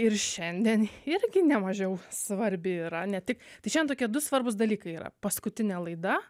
ir šiandien irgi nemažiau svarbi yra ne tik tai šen tokie du svarbūs dalykai yra paskutinė laida